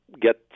get